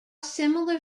similar